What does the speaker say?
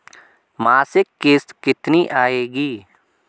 मासिक किश्त कितनी आएगी?